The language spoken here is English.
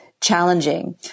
challenging